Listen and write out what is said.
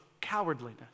cowardliness